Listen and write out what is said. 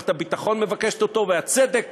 שמערכת הביטחון מבקשת אותו והצדק